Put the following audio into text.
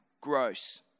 Gross